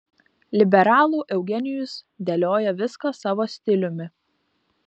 liberalų eugenijus dėlioja viską savo stiliumi